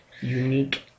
Unique